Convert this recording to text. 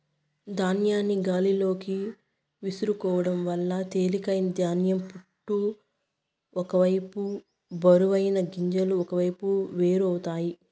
ధాన్యాన్ని గాలిలోకి విసురుకోవడం వల్ల తేలికైన ధాన్యం పొట్టు ఒక వైపు బరువైన గింజలు ఒకవైపు వేరు అవుతాయి